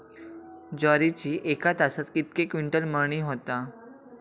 ज्वारीची एका तासात कितके क्विंटल मळणी होता?